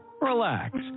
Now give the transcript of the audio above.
relax